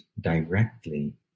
directly